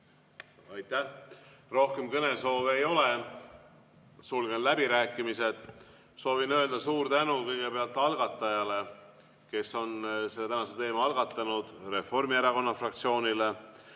Aitäh! Rohkem kõnesoove ei ole. Sulgen läbirääkimised. Soovin öelda suur tänu kõigepealt algatajale, kes on selle tänase teema algatanud, Reformierakonna fraktsioonile.